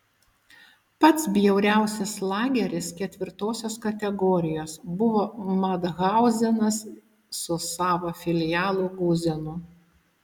pats bjauriausias lageris ketvirtosios kategorijos buvo mathauzenas su savo filialu guzenu